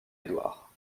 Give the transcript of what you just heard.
édouard